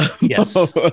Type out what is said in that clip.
yes